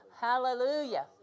Hallelujah